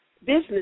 business